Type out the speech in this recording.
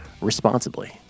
responsibly